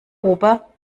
ober